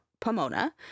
Pomona